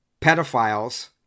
pedophiles